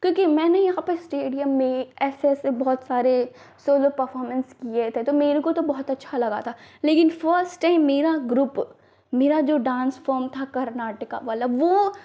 क्योंकि मैंने अपने स्टेडियम में एक ऐसे ऐसे बहुत सारे सोलो परफॉर्मेन्स किए थे तो मेरे को तो बहुत अच्छा लगा था लेकिन फ़र्स्ट टाइम मेरा ग्रुप मेरा जो डान्स फ़ॉर्म था कर्नाटक वाला वह